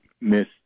miss